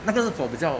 那个 for 比较